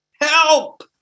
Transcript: help